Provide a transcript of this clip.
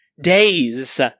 Days